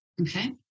Okay